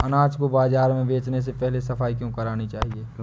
अनाज को बाजार में बेचने से पहले सफाई क्यो करानी चाहिए?